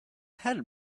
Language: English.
had